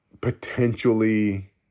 potentially